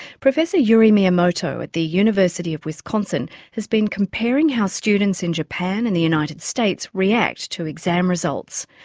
professor yuri miyamoto at the university of wisconsin has been comparing how students in japan and the united states react to exam results.